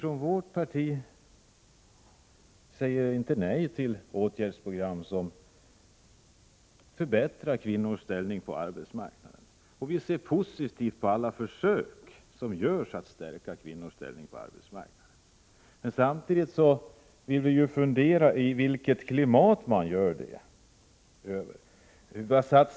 Från vårt parti säger vi inte nej till åtgärdsprogram som förbättrar kvinnors ställning på arbetsmarknaden. Vi ser i stället positivt på alla försök som görs i den riktningen. Men samtidigt vill vi fundera över i vilket klimat satsningarna görs, på vilket sätt de sker.